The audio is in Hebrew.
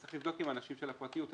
צריך לבדוק עם האנשים של הפרטיות.